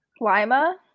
Lima